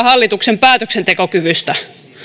hallituksen päätöksentekokyvystä